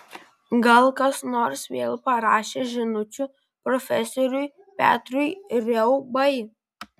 gal kas nors vėl parašė žinučių profesoriui petrui riaubai